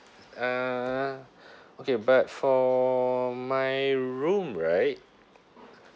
uh okay but for my room right